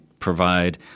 provide